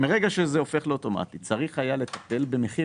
מהרגע שזה הפך לאוטומטי צריך היה לטפל במחיר